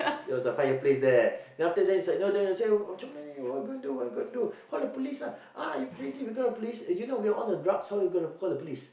it was a fireplace there then after that it's like they say uh macam mana ni what you gonna do what you gonna do call the police lah ah crazy you know we are all on drugs how you gonna call the police